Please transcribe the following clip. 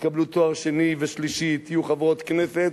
תקבלו תואר שני ושלישי, תהיו חברות כנסת,